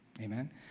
amen